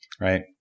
right